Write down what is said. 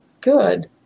good